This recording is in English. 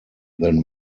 than